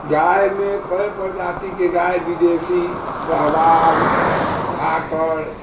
गायमे कई प्रजातिके गाय विदेशी सहवाल धाकड़